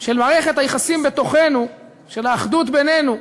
של מערכת היחסים בתוכנו, של האחדות בינינו,